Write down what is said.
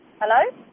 Hello